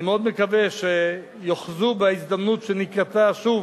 אני מאוד מקווה שיאחזו בהזדמנות שנקרתה שוב,